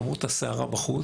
למרות הסערה בחוץ,